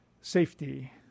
safety